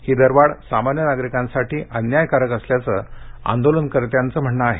ही दरवाढ सामान्य नागरिकांसाठी अन्यायकारक असल्याचं आंदोलनकर्त्यांचं म्हणणं आहे